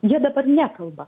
jie dabar nekalba